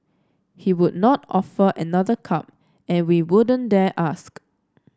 he would not offer another cup and we wouldn't dare ask